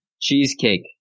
Cheesecake